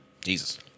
Jesus